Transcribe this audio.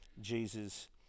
Jesus